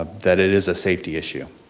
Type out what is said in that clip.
ah that it is a safety issue.